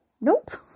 nope